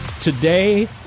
Today